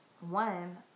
One